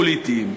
פוליטיים.